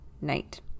night